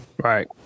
Right